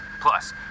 Plus